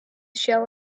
shell